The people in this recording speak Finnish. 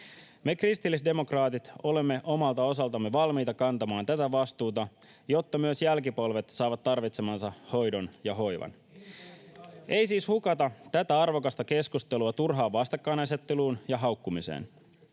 Me kristillisdemokraatit olemme omalta osaltamme valmiita kantamaan tätä vastuuta, jotta myös jälkipolvet saavat tarvitsemansa hoidon ja hoivan. Ei siis hukata tätä arvokasta keskustelua turhaan vastakkainasetteluun ja haukkumiseen.